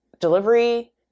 delivery